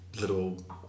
little